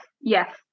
yes